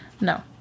No